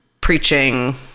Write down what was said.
preaching